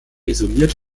isoliert